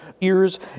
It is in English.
ears